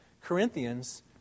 Corinthians